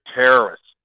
terrorists